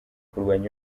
kurwanya